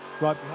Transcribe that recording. right